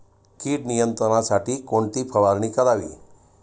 कीड नियंत्रणासाठी कोणती फवारणी करावी?